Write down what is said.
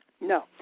No